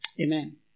Amen